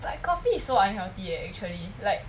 like coffee is so unhealthy eh actually like